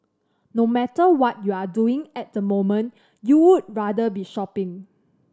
no matter what you're doing at the moment you'd rather be shopping